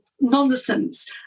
nonsense